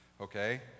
Okay